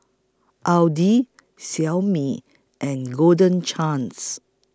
Audi Xiaomi and Golden Chance